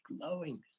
glowing